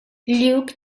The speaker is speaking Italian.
luke